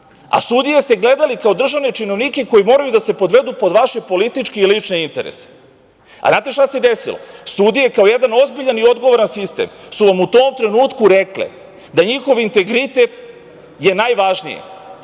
a sudije ste gledali kao državne činovnike koji moraju da se podvedu pod vaše političke i lične interese. Znate šta se desilo? Sudije kao jedan ozbiljan i odgovoran sistem su vam u tom trenutku rekle da njihov integritet je najvažniji